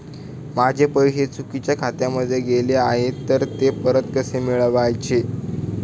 माझे पैसे चुकीच्या खात्यामध्ये गेले आहेत तर ते परत कसे मिळवायचे?